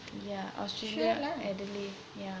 yeah australia adele